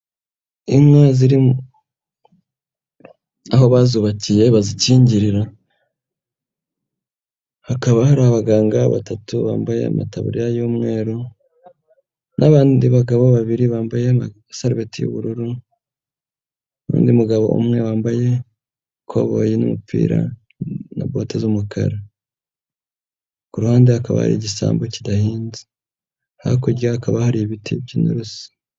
Inka ziri aho bazubakiye bazikingira, hakaba hari abaganga batatu bambaye amatabariya y'umweru, n'abandi bagabo babiri bambaye asarubeti y'ubururu, n'undi mugabo umwe wambaye ikoboyi n'umupira na bote z'umukara. Ku ruhande hakaba ari igisambo kidahinze. Hakurya hakaba hari ibiti by'inturusi.